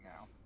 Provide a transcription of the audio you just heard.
now